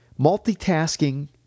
Multitasking